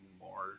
more